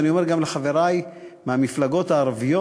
ואני אומר גם לחברי מהמפלגות הערביות: